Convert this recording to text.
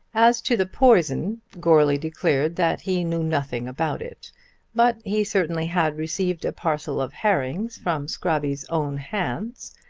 as to the poison, goarly declared that he knew nothing about it but he certainly had received a parcel of herrings from scrobby's own hands,